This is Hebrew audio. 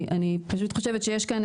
אני פשוט חושבת שיש כאן,